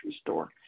store